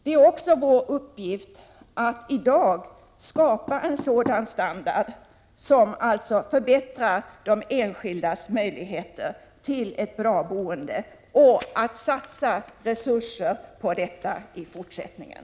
Det är också vår uppgift att i dag skapa en sådan standard som förbättrar de enskildas möjligheter till ett bra boende och att satsa resurser på detta i fortsättningen.